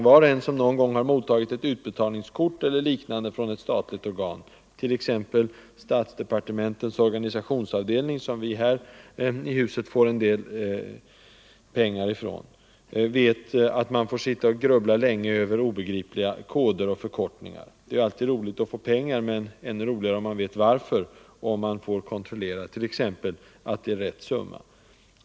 Var och en som någon gång har mottagit ett utbetalningskort eller liknande från ett statligt organ, t.ex. statsdepartementens organisationsavdelning, som vi här i huset får en del pengar från, vet att man kan få sitta och grubbla länge över obegripliga koder och förkortningar. Det är alltid roligt att få pengar, men ännu roligare om man vet varför, och alltså kan kontrollera att det är rätt summa.